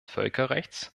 völkerrechts